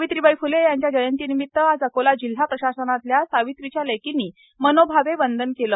सावित्रीबाई फ्ले यांच्या जयंतीनिमित्त आज अकोला जिल्हा प्रशासनातल्या सावित्रीच्या लेकींनी मनोभावे अभिवादन केले